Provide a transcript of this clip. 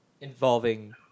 involving